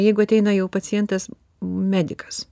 jeigu ateina jau pacientas medikas